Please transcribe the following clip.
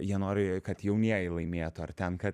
jie nori kad jaunieji laimėtų ar ten kad